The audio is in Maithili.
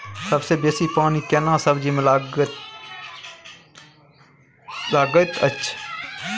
सबसे बेसी पानी केना सब्जी मे लागैत अछि?